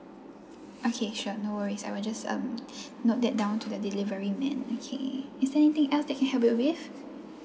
okay sure no worries I will just um note that down to the delivery man okay is there anything else that can help you with